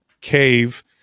cave